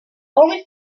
only